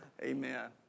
Amen